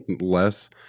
less